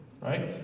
right